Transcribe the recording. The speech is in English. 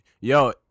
Yo